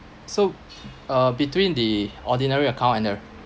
so uh between the ordinary account and the